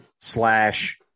slash